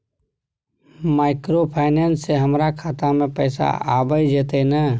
Microfinance से हमारा खाता में पैसा आबय जेतै न?